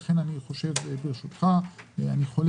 ככל